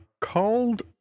called